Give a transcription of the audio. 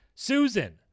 Susan